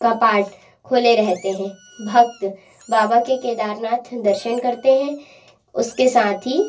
कपाट खुले रहते हैं भक्त बाबा के केदारनाथ दर्शन करते हैं उसके साथ ही